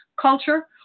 culture